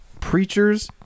Preachers